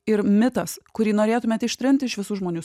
ir mitas kurį norėtumėt ištrinti iš visų žmonių